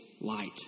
light